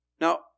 Now